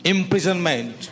imprisonment